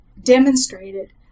demonstrated